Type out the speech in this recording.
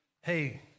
Hey